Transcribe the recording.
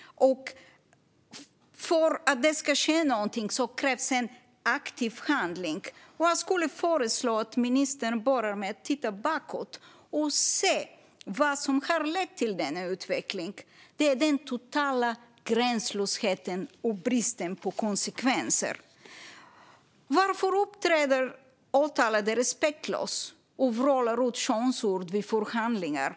För att det ska ske någonting krävs det en aktiv handling. Jag föreslår att ministern börjar med att titta bakåt för att se vad som har lett till denna utveckling. Det är den totala gränslösheten och bristen på konsekvenser. Varför uppträder åtalade respektlöst och vrålar könsord vid förhandlingar?